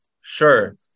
Sure